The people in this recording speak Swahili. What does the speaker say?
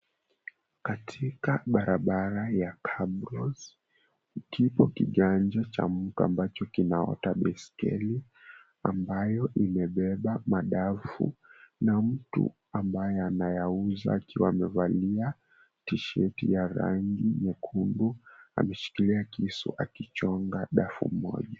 Katika barabara ya cabros kipo kiganja cha mtu ambacho kinaota baiskeli ambayo imebeba madafu, na mtu ambaye anayauza akiwa amevalia tishet ya rangi nyekundu, ameshikilia kisu akichonga dafu moja.